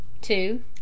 Two